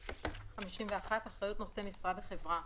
(א) נושא משרה בחברה